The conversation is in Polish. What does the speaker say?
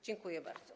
Dziękuję bardzo.